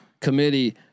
committee